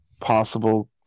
possible